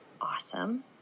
awesome